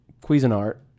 Cuisinart